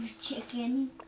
chicken